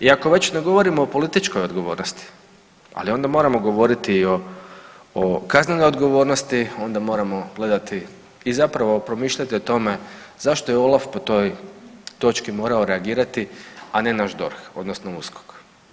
I ako već ne govorimo o političkoj odgovornosti, ali onda moramo odgovoriti i o kaznenoj odgovornosti, onda moramo gledati i zapravo promišljati o tome zašto je OLAF po toj točki morao reagirati, a ne naš DORH odnosno USKOK.